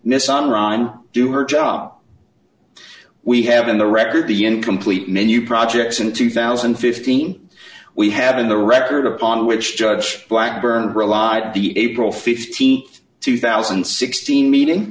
miss on ron do her job we have in the record the incomplete menu projects in two thousand and fifteen we had in the record upon which judge blackburn relied the april th two thousand and sixteen meeting